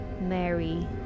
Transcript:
Mary